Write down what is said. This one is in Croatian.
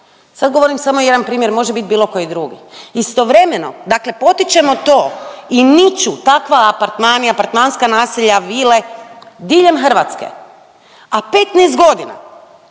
Sad govorim samo jedan primjer, može biti bilo koji drugi. Istovremeno, dakle potičemo to i niču takvi apartmani, apartmanska naselja, vile diljem Hrvatske, a 15 godina